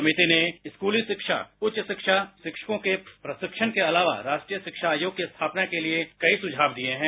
समिति ने स्कूली शिक्षा उच्च शिक्षा शिक्षकों के प्रशिक्षण के अलावा राष्ट्रीय शिक्षा अयोग की स्थापना के लिए कई सुझाव दिये हैं